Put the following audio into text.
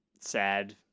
sad